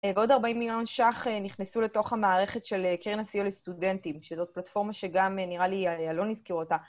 ועוד 40 מיליון שח נכנסו לתוך המערכת של קרן הסיוע לסטודנטים, שזאת פלטפורמה שגם נראה לי אלון הזכיר אותה.